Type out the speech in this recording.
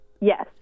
Yes